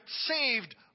saved